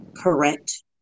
correct